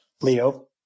Leo